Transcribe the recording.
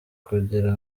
kugira